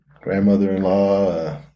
grandmother-in-law